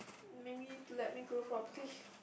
maybe to let me grow properly